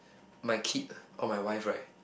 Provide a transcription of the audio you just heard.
my kid or my wife right